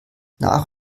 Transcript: nach